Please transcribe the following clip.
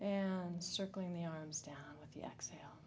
and circling the arms down with the exhale